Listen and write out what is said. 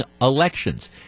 elections